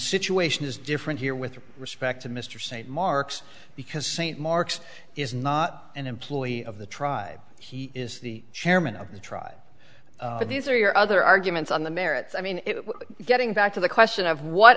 situation is different here with respect to mr st marks because st marks is not an employee of the tribe he is the chairman of the tribe but these are your other arguments on the merits i mean getting back to the question of what